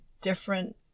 different